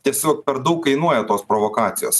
tiesiog per daug kainuoja tos provokacijos